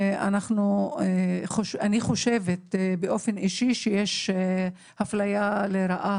באופן אישי אני חושבת שיש אפליה לרעה